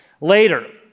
later